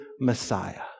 Messiah